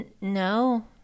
No